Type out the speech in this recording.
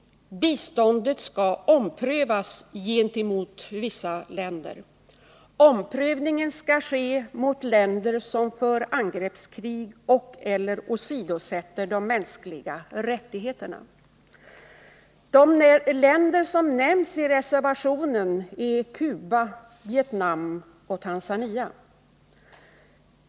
Biståndet skall omprövas gentemot vissa länder. Omprövningen skall göras mot länder som för angreppskrig och/eller åsidosätter de mänskliga rättigheterna. De länder som nämns i reservationen är Cuba, Vietnam och Tanzania.